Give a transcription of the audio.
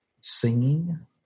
singing